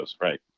right